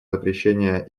запрещения